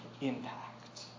impact